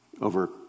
over